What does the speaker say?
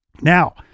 Now